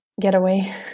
getaway